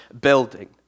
building